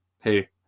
hey